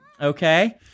Okay